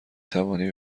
توانی